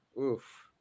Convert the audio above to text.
Oof